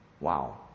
Wow